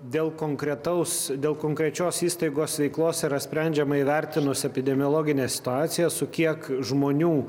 dėl konkretaus dėl konkrečios įstaigos veiklos yra sprendžiama įvertinus epidemiologinę situaciją su kiek žmonių